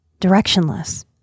directionless